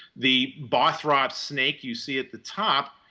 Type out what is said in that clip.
the bothrop snake you see at the top,